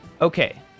Okay